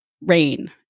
rain